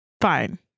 fine